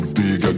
big